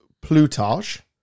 Plutarch